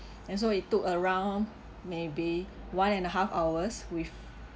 and so it took around maybe one and a half hours with